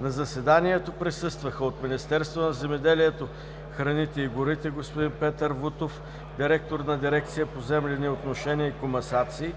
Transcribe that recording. На заседанието присъстваха: от Министерството на земеделието, храните и горите – господин Петър Вутов – директор на дирекция „Поземлени отношения и комасации“,